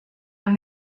and